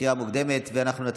בעד, אין מתנגדים, אין נמנעים.